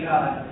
God